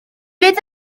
fydd